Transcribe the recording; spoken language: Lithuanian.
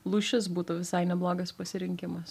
lūšis būtų visai neblogas pasirinkimas gal